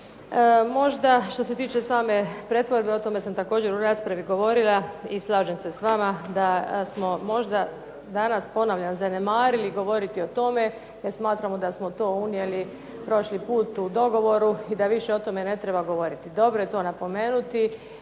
Možda što se tiče same pretvorbe, o tome sam također u raspravi govorila i slažem se s vama da smo možda danas, ponavljam, zanemarili govoriti o tome jer smatramo da smo to unijeli prošli put u dogovoru i da više o tome ne treba govoriti. Dobro je to napomenuti